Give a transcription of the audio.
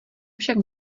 však